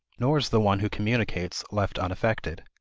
nor is the one who communicates left unaffected.